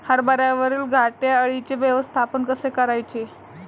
हरभऱ्यावरील घाटे अळीचे व्यवस्थापन कसे करायचे?